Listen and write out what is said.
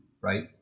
right